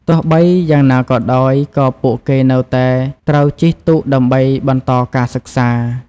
ទោះបីជាយ៉ាងណាក៏ដោយ ក៏ពួកគេនៅតែត្រូវជិះទូកដើម្បីបន្តការសិក្សា។